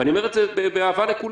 ואני אומר את זה באהבה לכולם.